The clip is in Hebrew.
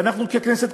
ואנחנו ככנסת,